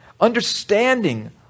Understanding